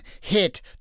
hit